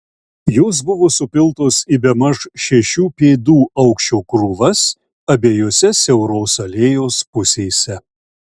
jos buvo supiltos į bemaž šešių pėdų aukščio krūvas abiejose siauros alėjos pusėse